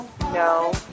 No